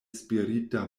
spirita